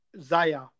Zaya